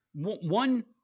One